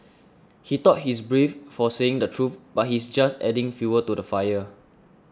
he thought he's brave for saying the truth but he's just adding fuel to the fire